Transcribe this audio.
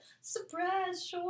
surprise